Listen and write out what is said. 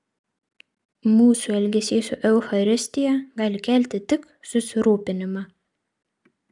mūsų elgesys su eucharistija gali kelti tik susirūpinimą